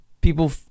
people